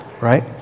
right